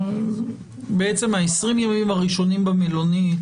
בעצם 20 הימים הראשונים במלונית,